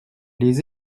les